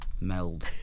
meld